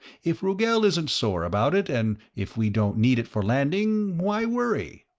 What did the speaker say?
if rugel isn't sore about it, and if we don't need it for landing, why worry?